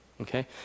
okay